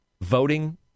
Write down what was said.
voting